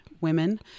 women